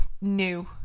new